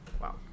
wow